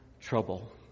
trouble